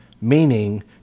meaning